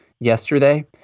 yesterday